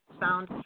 sound